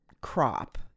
crop